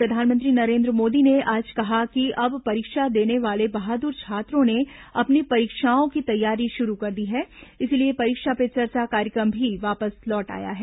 वहीं प्रधानमंत्री नरेन्द्र मोदी ने आज कहा कि अब परीक्षा देने वाले बहादुर छात्रों ने अपनी परीक्षाओं की तैयारी शुरू कर दी है इसलिए परीक्षा पे चर्चा कार्यक्रम भी वापस लौट आया है